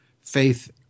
faith